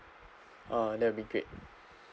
uh that would be great